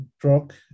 truck